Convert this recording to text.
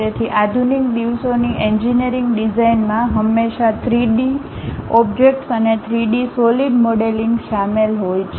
તેથી આધુનિક દિવસોની એન્જિનિયરિંગ ડિઝાઇનમાં હંમેશાં 3D ઓબ્જેક્ટ્સ અને 3 ડી સોલિડ મોડેલિંગ શામેલ હોય છે